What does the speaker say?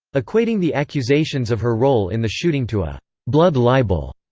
equating the accusations of her role in the shooting to a blood libel.